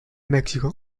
mexico